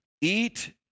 eat